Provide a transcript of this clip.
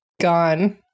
gone